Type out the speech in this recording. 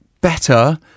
better